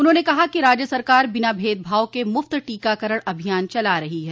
उन्होंने कहा कि राज्य सरकार बिना भेदभाव के मुफ्त टीकाकरण अभियान चला रही है